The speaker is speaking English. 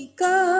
go